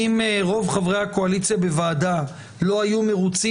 אם רוב חברי הקואליציה בוועדה לא היו מרוצים